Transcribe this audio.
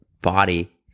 body